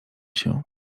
się